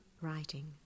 writing